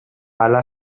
hala